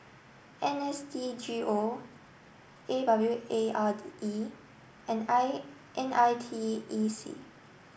N S D G O A W A R E and I N I T E C